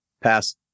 Pass